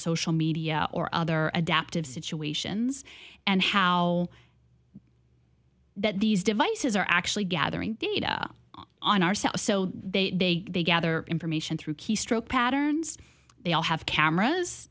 social media or other adaptive situations and how that these devices are actually gathering data on our cells so they they gather information through keystroke patterns they all have cameras